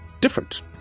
different